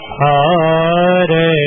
hare